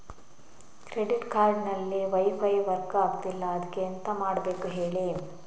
credit card ಅಲ್ಲಿ wifi work ಆಗ್ತಿಲ್ಲ ಅದ್ಕೆ ಎಂತ ಮಾಡಬೇಕು ಹೇಳಿ